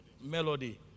Melody